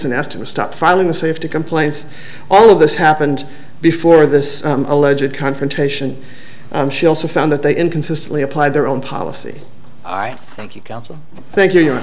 and asked him to stop filing the safety complaints all of this happened before this alleged confrontation and she also found that they inconsistently applied their own policy i thank you counsel thank you and